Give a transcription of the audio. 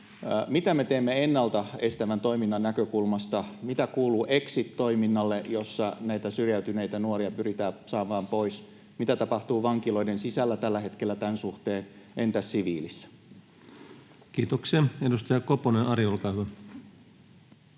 Mitä me teemme ennalta estävän toiminnan näkökulmasta? Mitä kuuluu exit-toiminnalle, jossa näitä syrjäytyneitä nuoria pyritään saamaan pois? Mitä tapahtuu vankiloiden sisällä tällä hetkellä tämän suhteen? Entäs siviilissä? Kiitoksia. — Edustaja Koponen, Ari, olkaa hyvä.